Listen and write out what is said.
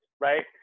right